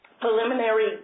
preliminary